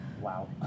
Wow